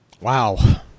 Wow